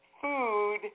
food